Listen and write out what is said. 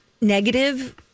negative